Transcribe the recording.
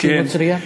שהרי היא נוצרייה.